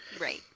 Right